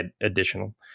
additional